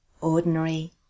ordinary